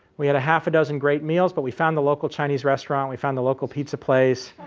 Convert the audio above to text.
we had a half a dozen great meals. but we found the local chinese restaurant. we found the local pizza place.